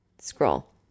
scroll